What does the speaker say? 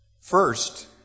First